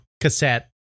cassette